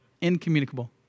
Incommunicable